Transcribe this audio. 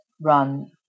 run